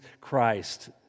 Christ